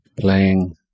playing